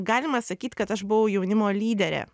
galima sakyt kad aš buvau jaunimo lyderė